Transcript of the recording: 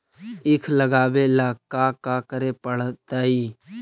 ईख लगावे ला का का करे पड़तैई?